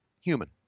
human